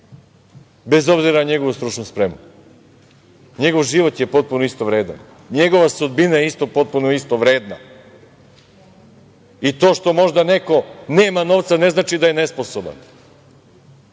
bez obzira na njegovu stručnu spremu. Njegov život je potpuno isto vredan, njegova sudbina potpuno je isto vredna i to što možda neko nema novca ne znači da je nesposoban